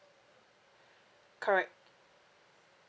correct